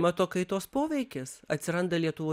mato kaitos poveikis atsiranda lietuvoj